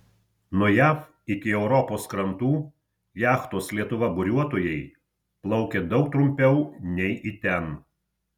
nuo jav iki europos krantų jachtos lietuva buriuotojai plaukė daug trumpiau nei į ten